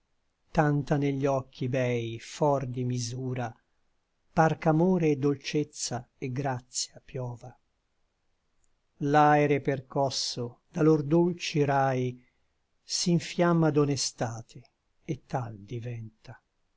tanta negli occhi bei for di misura par ch'amore et dolcezza et gratia piova l'aere percosso da lor dolci rai s'infiamma d'onestate et tal diventa